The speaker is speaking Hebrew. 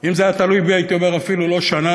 אם זה היה תלוי בי הייתי אומר אפילו לא שנה,